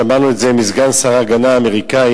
שמענו את זה מסגן שר ההגנה האמריקני,